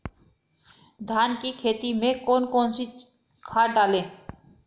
धान की खेती में कौन कौन सी खाद डालें?